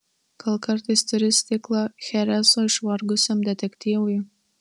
gal kartais turi stiklą chereso išvargusiam detektyvui